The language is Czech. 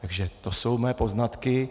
Takže to jsou mé poznatky.